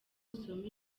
usome